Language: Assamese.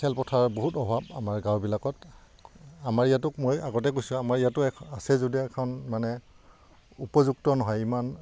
খেলপথাৰ বহুত অভাৱ আমাৰ গাঁওবিলাকত আমাৰ ইয়াতোক মই আগতে কৈছোঁ আমাৰ ইয়াতো এ আছে যদি এখন মানে উপযুক্ত নহয় ইমান